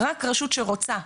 רק רשות שרוצה,